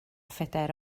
phedair